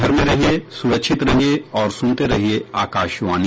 घर में रहिये सुरक्षित रहिये और सुनते रहिये आकाशवाणी